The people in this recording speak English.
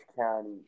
County